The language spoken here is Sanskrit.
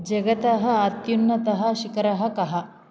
जगतः अत्युन्नतः शिकरः कः